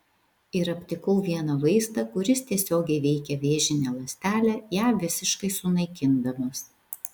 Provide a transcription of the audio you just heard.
ir aptikau vieną vaistą kuris tiesiogiai veikia vėžinę ląstelę ją visiškai sunaikindamas